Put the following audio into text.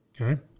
okay